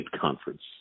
conference